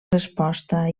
resposta